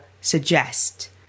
suggest